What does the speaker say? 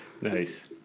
Nice